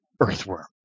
earthworm